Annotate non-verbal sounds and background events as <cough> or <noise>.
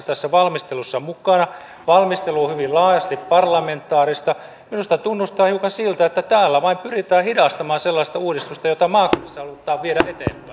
<unintelligible> tässä valmistelussa mukana valmistelu on hyvin laajasti parlamentaarista minusta tuntuu hiukan siltä että täällä vain pyritään hidastamaan sellaista uudistusta jota maakunnissa halutaan viedä